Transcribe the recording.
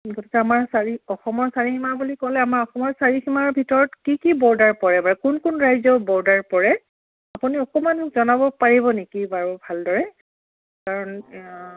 গতিকে আমাৰ চাৰি অসমৰ চাৰিসীমা বুলি ক'লে আমাৰ অসমৰ চাৰিসীমাৰ ভিতৰত কি কি ব'ৰ্ডাৰ পৰে বাৰু কোন কোন ৰাজ্য ব'ৰ্ডাৰ পৰে আপুনি অকণমান জনাব পাৰিব নেকি বাৰু ভালদৰে কাৰণ